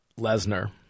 Lesnar